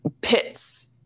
pits